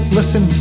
Listen